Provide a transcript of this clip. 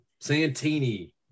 Santini